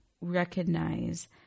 recognize